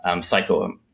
psycho